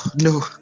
no